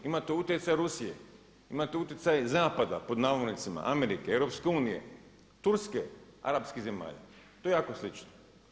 Imate utjecaj Rusije, imate utjecaj „zapada“ Amerike, EU, Turske, Arapskih zemlja, to je jako slično.